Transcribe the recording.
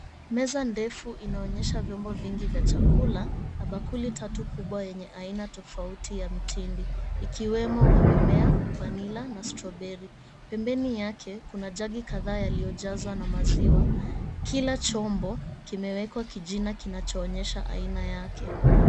Meza ndefu inaonyesha vyombo vingi vya chakula na bakuli tatu kubwa yenye aina tofauti ya mtindi ikiwemo wa mimea, vanila na strawberry . Pembeni yake kuna jagi kadhaa yaliyojazwa na maziwa, kila chombo kimeekwa kijina kunachoonyesha aina yake.